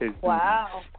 Wow